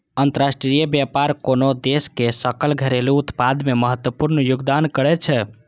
अंतरराष्ट्रीय व्यापार कोनो देशक सकल घरेलू उत्पाद मे महत्वपूर्ण योगदान करै छै